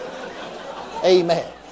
Amen